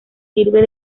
sirve